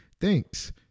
thanks